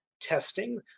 testing